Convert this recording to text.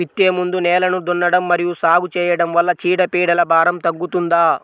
విత్తే ముందు నేలను దున్నడం మరియు సాగు చేయడం వల్ల చీడపీడల భారం తగ్గుతుందా?